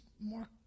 more